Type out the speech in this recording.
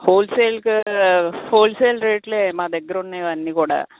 హోల్సేల్గా హోల్సేల్ రేట్లే మా దగ్గర ఉన్నవన్నీ కూడా